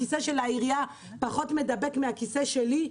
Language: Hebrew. הכיסא של העירייה פחות מידבק מהכיסא שלי?